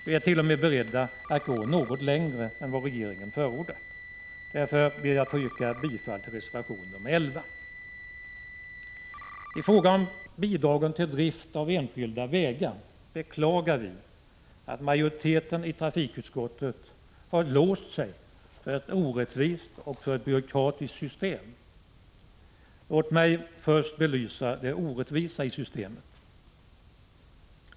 Vi är t.o.m. beredda att gå något längre än vad regeringen förordat. Därför ber jag att få yrka bifall till reservation nr 11. I fråga om bidragen till driften av enskilda vägar beklagar vi att majoriteten i trafikutskottet har låst sig för ett orättvist och byråkratiskt system. Låt mig först belysa det orättvisa i systemet.